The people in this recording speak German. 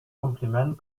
kompliment